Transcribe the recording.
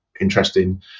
interesting